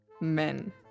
Men